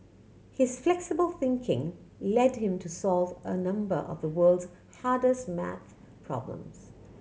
his flexible thinking led him to solve a number of the world's hardest math problems